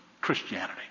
Christianity